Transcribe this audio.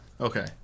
Okay